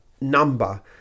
number